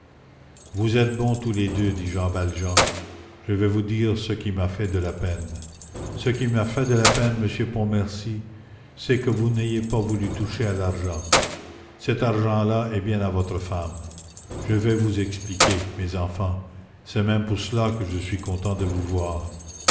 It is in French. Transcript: vous êtes bons tous les deux dit jean valjean je vais vous dire ce qui m'a fait de la peine ce qui m'a fait de la peine monsieur pontmercy c'est que vous n'ayez pas voulu toucher à l'argent cet argent-là est bien à votre femme je vais vous expliquer mes enfants c'est même pour cela que je suis content de vous voir